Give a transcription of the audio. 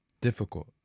difficult